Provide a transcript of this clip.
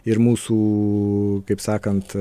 ir mūsų kaip sakant